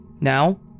Now